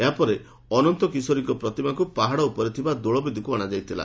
ଏହାପରେ ଅନନ୍ତକିଶୋରୀଙ୍କ ପ୍ରତିମାକୁ ପାହାଡ଼ ଉପରେ ଥିବା ଦୋଳବେଦୀକୁ ଅଣାଯାଇଥିଲା